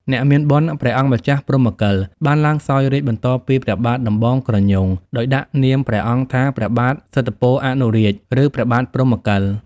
អ្នកមានបុណ្យ ព្រះអង្គម្ចាស់ព្រហ្មកិល បានឡើងសោយរាជ្យបន្តពីព្រះបាទដំបងក្រញូង ដោយដាក់នាមព្រះអង្គថាព្រះបាទសិទ្ធពអនុរាជ ឬព្រះបាទព្រហ្មកិល។